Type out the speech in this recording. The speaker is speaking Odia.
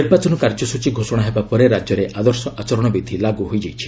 ନିର୍ବାଚନ କାର୍ଯ୍ୟସ୍ତଚୀ ଘୋଷଣା ହେବା ପରେ ରାଜ୍ୟରେ ଆଦର୍ଶ ଆଚରଣବିଧି ଲାଗୁ ହୋଇଛି